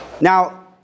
Now